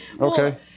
Okay